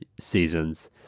seasons